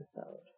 episode